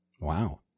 wow